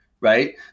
right